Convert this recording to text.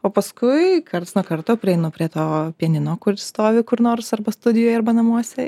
o paskui karts nuo karto prieinu prie to pianino kur stovi kur nors arba studijoj arba namuose